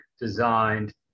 designed